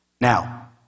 Now